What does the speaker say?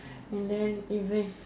and then even